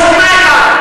ניחשתי מה שתגידי.